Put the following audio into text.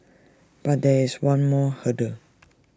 but there is one more hurdle